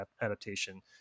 adaptation